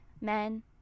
men